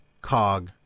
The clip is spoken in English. cog